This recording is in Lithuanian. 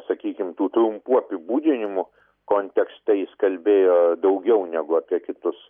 sakykim tų trumpų apibūdinimų kontekste jis kalbėjo daugiau negu apie kitus